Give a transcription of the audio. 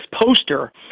poster